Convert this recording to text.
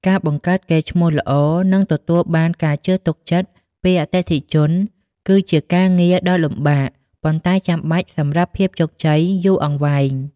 ការបង្កើតកេរ្តិ៍ឈ្មោះល្អ និងទទួលបានការជឿទុកចិត្តពីអតិថិជនគឺជាការងារដ៏លំបាក ប៉ុន្តែចាំបាច់សម្រាប់ភាពជោគជ័យយូរអង្វែង។